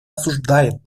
осуждает